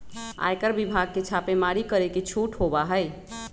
आयकर विभाग के छापेमारी करे के छूट होबा हई